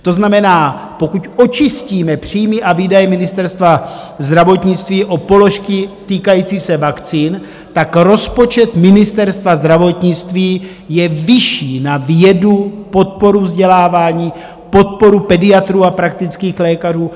To znamená, pokud očistíme příjmy a výdaje Ministerstva zdravotnictví o položky týkající se vakcín, rozpočet Ministerstva zdravotnictví je vyšší na vědu, podporu vzdělávání, podporu pediatrů a praktických lékařů.